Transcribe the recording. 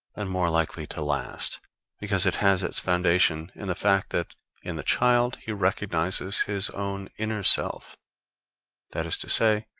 and more likely to last because it has its foundation in the fact that in the child he recognizes his own inner self that is to say,